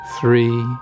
three